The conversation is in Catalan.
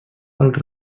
pels